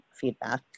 feedback